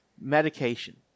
Medication